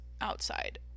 outside